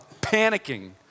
panicking